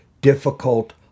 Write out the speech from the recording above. difficult